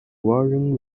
version